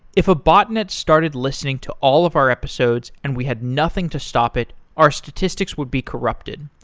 if a botnet started listening to all of our episodes and we had nothing to stop it, our statistics would be corrupted.